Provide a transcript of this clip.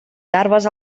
garbes